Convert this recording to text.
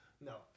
no